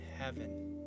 heaven